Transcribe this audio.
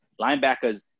Linebackers